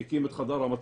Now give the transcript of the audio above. הוא הקים את חדר המצב,